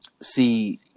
see